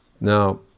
Now